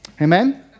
Amen